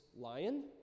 Lion